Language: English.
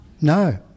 no